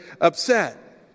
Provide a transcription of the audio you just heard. upset